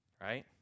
Right